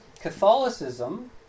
Catholicism